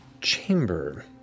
chamber